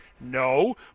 No